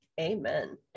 Amen